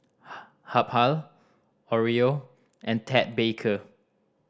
Habhal Oreo and Ted Baker